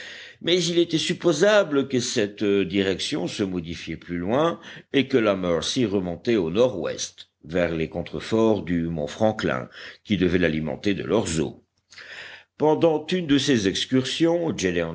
mais il était supposable que cette direction se modifiait plus loin et que la mercy remontait au nord-ouest vers les contreforts du mont franklin qui devaient l'alimenter de leurs eaux pendant une de ces excursions